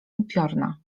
upiorna